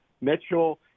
Mitchell